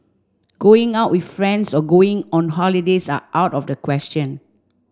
going out with friends or going on holidays are out of the question